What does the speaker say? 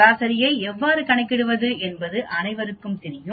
சராசரியை எவ்வாறு கணக்கிடுவது என்பது அனைவருக்கும் தெரியும்